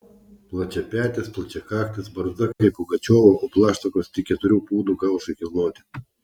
plačiapetis plačiakaktis barzda kaip pugačiovo o plaštakos tik keturių pūdų kaušui kilnoti